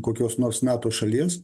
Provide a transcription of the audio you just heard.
kokios nors nato šalies